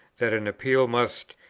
that an appeal must,